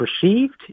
perceived